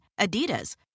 Adidas